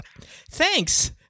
Thanks